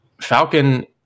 Falcon